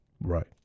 Right